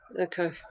Okay